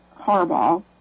Harbaugh